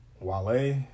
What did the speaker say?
Wale